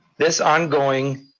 this ongoing